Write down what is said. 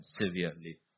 severely